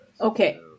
okay